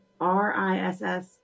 RISS